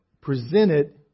presented